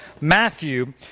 Matthew